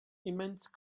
immense